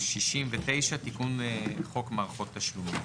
69 תיקון חוק מערכות תשלומים.